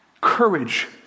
courage